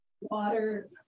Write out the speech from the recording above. Water